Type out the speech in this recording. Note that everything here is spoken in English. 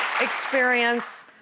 experience